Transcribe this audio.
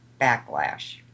backlash